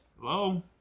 Hello